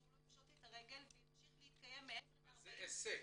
לא יפשוט את הרגל וימשיך להתקיים -- אז זה עסק.